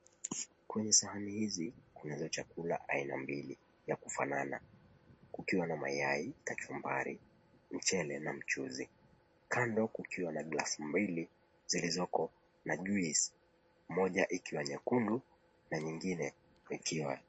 Kwenye sahani hizi kuna za chakula aina mbili ya kufanana, kukiwa na mayai, kachumbari, mchele na mchuzi. Kando kukiwa na glasi mbili zilizoko na juice moja ikiwa nyekundu na nyingine ikiwa.